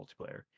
multiplayer